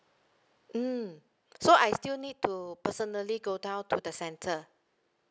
mm so I still need to personally go down to the centre